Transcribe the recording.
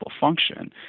function